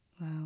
Wow